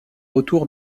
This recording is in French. retour